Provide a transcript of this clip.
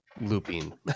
looping